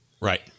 Right